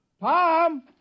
Tom